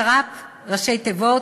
שר"פ, ראשי תיבות: